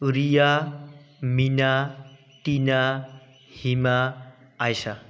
Riya Meena Tina Hima Ayesha